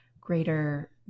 greater